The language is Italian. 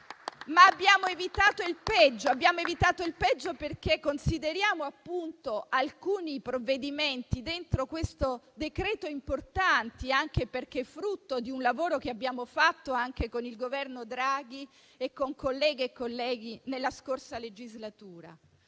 ma abbiamo evitato il peggio perché consideriamo alcuni provvedimenti contenuti in questo decreto-legge importanti, anche perché frutto di un lavoro che abbiamo fatto anche con il Governo Draghi, insieme a colleghe e colleghi nella scorsa legislatura.